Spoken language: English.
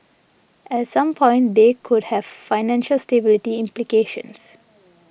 at some point they could have financial stability implications